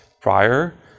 prior